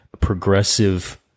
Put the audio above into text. progressive